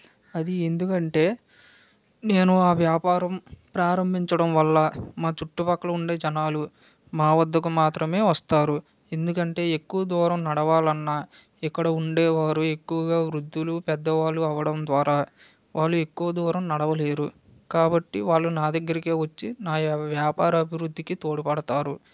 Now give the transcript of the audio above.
అది ఎందుకంటే నేను ఆ వ్యాపారం ప్రారంభించడం వల్ల మా చుట్టుపక్కల ఉండే జనాలు మా వద్దకు మాత్రమే వస్తారు ఎందుకంటే ఎక్కువ దూరం నడవాలన్నాఇక్కడ ఉండేవారు ఎక్కువగా వృద్ధులు పెద్దవాళ్ళు అవడం ద్వారా వాళ్ళు ఎక్కువ దూరం నడవలేరు కాబట్టి వాళ్ళు నా దగ్గరకే వచ్చి నా వ్యాపార అభివృద్ధికి తోడ్పడుతారు